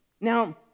Now